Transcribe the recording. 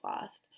Fast